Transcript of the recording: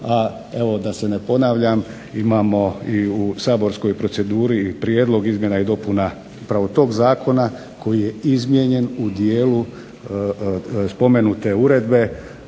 da se ne ponavljam, imamo i u saborskoj proceduri prijedlog izmjena i dopuna upravo tog zakona koji je izmijenjen u dijelu spomenute uredbe,